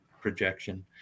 projection